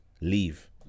leave